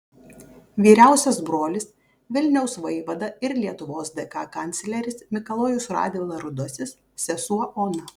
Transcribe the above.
vyriausias brolis vilniaus vaivada ir lietuvos dk kancleris mikalojus radvila rudasis sesuo ona